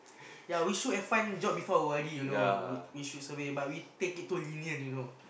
ya we should have find job before O_R_D you know we we should survey but we take it too lenient you know